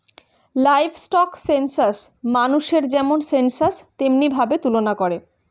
livestock census মানুষের যেমন census তেমনি ভাবে তুলনা করে